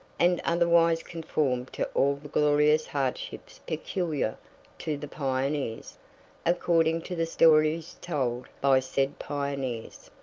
and otherwise conform to all the glorious hardships peculiar to the pioneers according to the stories told by said pioneers.